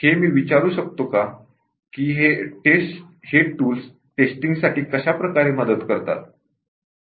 हे मी विचारू शकतो का कि हे टूल्स टेस्टिंग साठी कशाप्रकारे मदत करतात